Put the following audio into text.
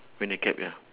wearing a cap ya